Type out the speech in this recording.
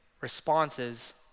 Responses